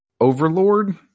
overlord